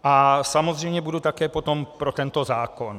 A samozřejmě budu také potom pro tento zákon.